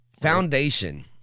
Foundation